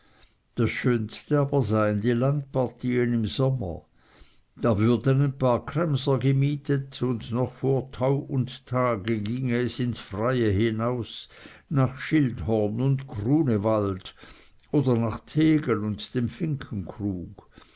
das schönste aber seien die landpartien im sommer da würden ein paar kremser gemietet und noch vor tau und tag ging es ins freie hinaus nach schildhorn und grunewald oder nach tegel und dem finkenkrug